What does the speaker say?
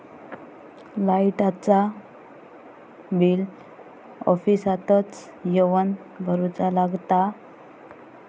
लाईटाचा बिल ऑफिसातच येवन भरुचा लागता?